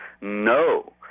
no